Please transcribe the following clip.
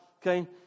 okay